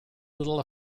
little